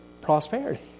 prosperity